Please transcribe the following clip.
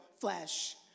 flesh